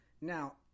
Now